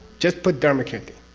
just put dharmakirti.